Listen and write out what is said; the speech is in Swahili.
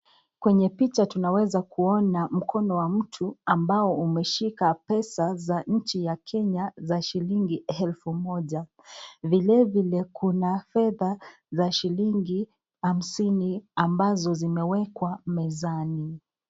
Kwenye picha tunaweza kuona mkono wa mtu ambao umeshika pesa za nchi ya Kenya za shilingi elfu moja. Vile vile kuna fedha za shilingi hamsini ambazo zimewekwa mezani.